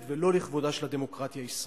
ולא לכבודה של הדמוקרטיה הישראלית.